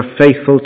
faithful